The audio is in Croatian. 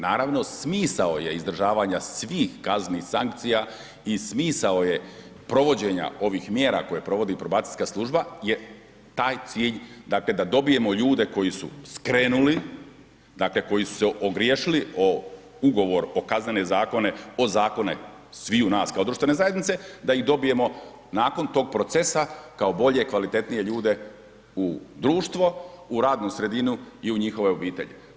Naravno smisao je izdržavanja svih kaznenih sankcija i smisao je provođenja ovih mjera koje provodi probacijska služba je taj cilj da dobijemo ljude koji su skrenuli, dakle koji su se ogriješili o ugovor, o kaznene zakone, o zakone sviju nas kao društvene zajednice da ih dobijemo nakon tog procesa kao bolje i kvalitetnije ljude u društvo, u radnu sredinu i u njihove obitelji.